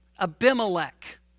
Abimelech